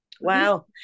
Wow